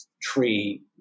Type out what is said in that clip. tree